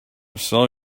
sell